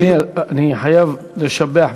שמשרד הביטחון הודיע, אדוני, אני חייב לשבח.